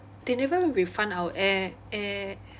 they never refund our air air